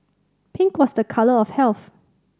pink was a colour of health